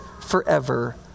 forever